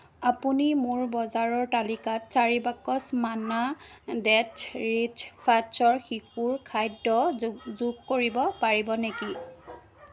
আপুনি মোৰ বজাৰৰ তালিকাত চাৰি বাকচ মান্না ডেট্ছ ৰিচ ফাৰ্ষ্টৰ শিশুৰ খাদ্য যোগ যোগ কৰিব পাৰিব নেকি